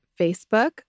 Facebook